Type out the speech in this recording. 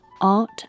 art